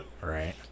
Right